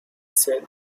said